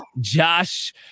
josh